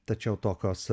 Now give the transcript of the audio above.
tačiau tokios